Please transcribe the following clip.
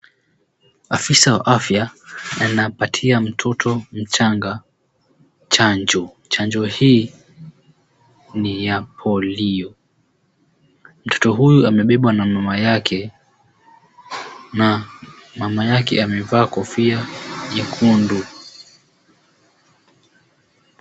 Afisa wa afya anapatia mtoto mchanga chanjo. Chanjo hii ni ya polio . Mtoto huyu amebebwa na mamayake na mamayake amevaa kofia nyekundu.